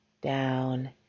down